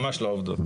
ממש לא העובדות.